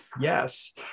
yes